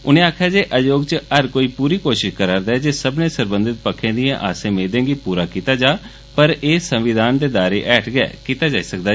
उनें आक्खेआ जे आयोग च हर कोई पूरी कोषष करा रदा ऐ जे सब्बनें सरबंधत पक्खें दिएं आसें मेदें गी पूरा कीता जा पर ए संविधान दे दायरे हेठ गै कीता जाई सकदा ऐ